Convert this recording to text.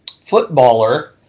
footballer